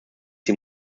sie